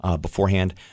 beforehand